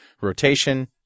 rotation